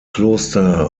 kloster